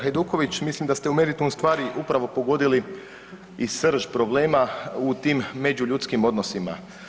Kolega Hajduković, mislim da ste u meritum stvari upravo pogodili i srž problema u tim međuljudskim odnosima.